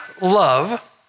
love